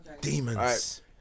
Demons